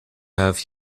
have